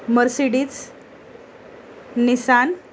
Mercedes Nissan